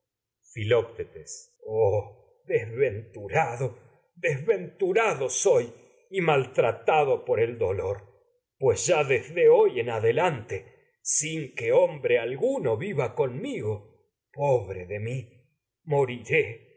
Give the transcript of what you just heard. oh desventurado desventurado el dolor pues ya y maltratado sin por desde hoy en ade lante que hombre alguno viva conmigo pobre de mi moriré